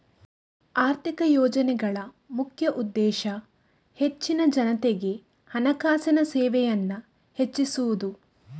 ಆರ್ಥಿಕ ಯೋಜನೆಗಳ ಮುಖ್ಯ ಉದ್ದೇಶ ಹೆಚ್ಚಿನ ಜನತೆಗೆ ಹಣಕಾಸಿನ ಸೇವೆಯನ್ನ ಹೆಚ್ಚಿಸುದು